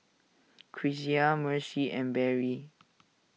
Cressie Mercy and Berry